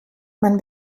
man